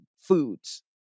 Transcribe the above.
foods